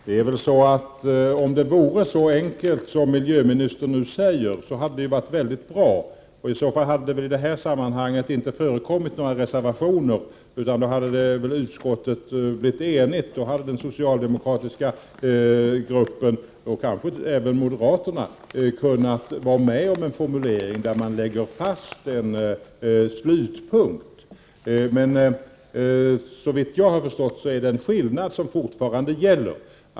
Herr talman! Om det vore så enkelt som miljöministern nu säger hade det varit mycket bra. Då hade vi i detta sammanhang inte behövt skriva några reservationer, utan utskottet kunde ha blivit enigt. De socialdemokratiska utskottsledamöterna, och kanske även moderaterna, hade kunnat vara med om en formulering där man lägger fast en slutpunkt. Men såvitt jag har förstått är det en skillnad fortfarande.